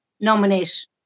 nominate